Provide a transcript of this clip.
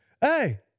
hey